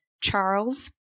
Charles